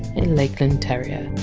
and lakeland terrier.